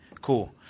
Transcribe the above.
cool